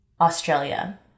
Australia